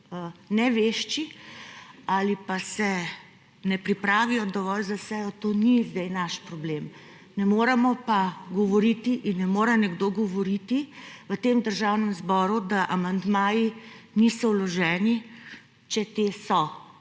nevešči ali pa se ne pripravijo dovolj za sejo, to ni zdaj naš problem, ne moremo pa govoriti in ne more nekdo govoriti v tem državnem zboru, da amandmaji niso vloženi, če ti so